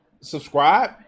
subscribe